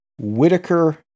Whitaker